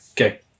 Okay